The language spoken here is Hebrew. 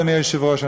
אדוני היושב-ראש,